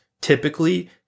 typically